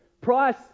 Price